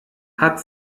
hat